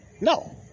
no